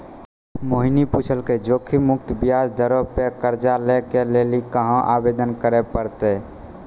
मोहिनी पुछलकै जोखिम मुक्त ब्याज दरो पे कर्जा लै के लेली कहाँ आवेदन करे पड़तै?